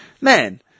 man